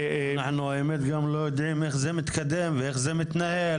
אנחנו האמת גם לא יודעים איך זה מתקדם ואיך זה מתנהל,